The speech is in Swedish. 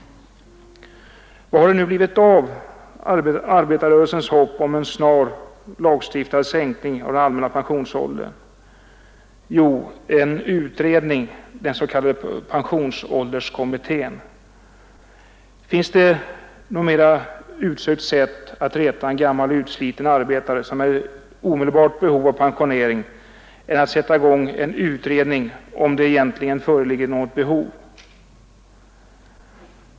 Vad har det nu blivit av arbetarrörelsens hopp om en snar lagstiftad sänkning av den allmänna pensionsåldern? Jo, det har blivit en utredning — den s.k. pensionsålderskommittén. Finns det något mer utsökt sätt att reta en gammal utsliten arbetare, som är i omedelbart behov av pensionering, än att sätta i gång en utredning om huruvida det egentligen föreligger något behov?